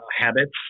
habits